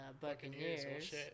Buccaneers